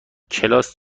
کلاس